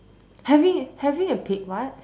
having having a pig what